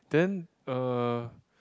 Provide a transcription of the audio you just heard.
then uh